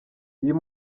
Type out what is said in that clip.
uyu